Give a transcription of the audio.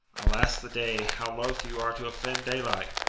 alas the day, how loath you are to offend daylight!